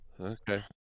okay